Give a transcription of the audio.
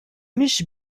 mhix